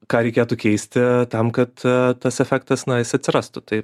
ką reikėtų keisti tam kad tas efektas na jis atsirastų tai